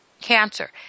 cancer